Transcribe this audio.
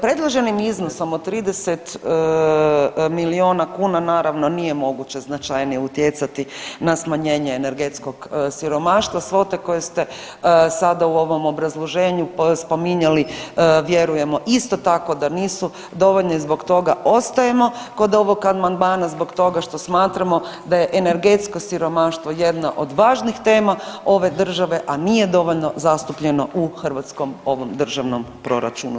Predloženim iznosom od 30 milijuna kuna, naravno nije moguće značajnije utjecati na smanjenje energetskog siromaštva, svota koju ste sada u ovom obrazloženju spominjali, vjerujemo isto tako da nisu dovoljne, zbog toga ostajemo kod ovog amandmana zbog toga što smatramo da je energetsko siromaštvo jedno od važnih tema ove države, a nije dovoljno zastupljeno u hrvatskom ovom Državnom proračunu.